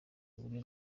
zihuriye